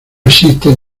existen